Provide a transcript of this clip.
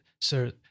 sir